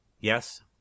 Yes